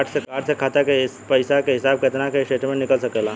Card से खाता के पइसा के हिसाब किताब के स्टेटमेंट निकल सकेलऽ?